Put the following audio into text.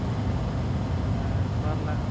ᱱᱚᱣᱟ ᱨᱮᱱᱟᱜ